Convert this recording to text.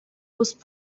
whose